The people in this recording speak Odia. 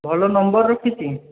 ଭଲ ନମ୍ବର୍ ରଖିଛି